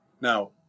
now